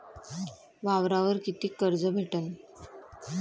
वावरावर कितीक कर्ज भेटन?